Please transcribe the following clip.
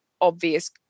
obvious